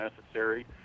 necessary